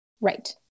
Right